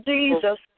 Jesus